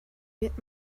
wird